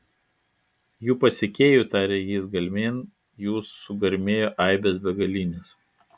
jų pasekėjų tarė jis gelmėn jų sugarmėjo aibės begalinės